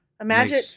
Imagine